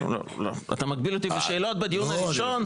לא, לא, אתה מגביל אותי בשאלות בדיון הראשון?